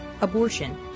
abortion